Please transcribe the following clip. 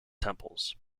temples